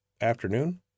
afternoon